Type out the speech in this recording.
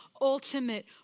ultimate